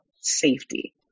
Safety